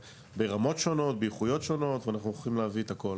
ברמות שונות ובאיכויות שונות ואנחנו הולכים להביא את הכול.